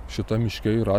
šitam miške yra